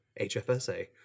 HFSA